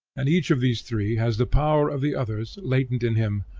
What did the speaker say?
and each of these three has the power of the others latent in him,